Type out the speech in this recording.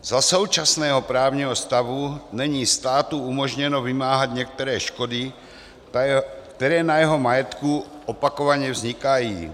Za současného právního stavu není státu umožněno vymáhat některé škody, které na jeho majetku opakovaně vznikají.